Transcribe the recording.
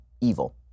evil